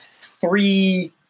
three